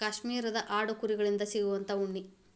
ಕಾಶ್ಮೇರದ ಆಡು ಕುರಿ ಗಳಿಂದ ಸಿಗುವಂತಾ ಉಣ್ಣಿ